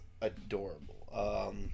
adorable